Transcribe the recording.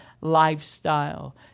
lifestyle